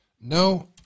No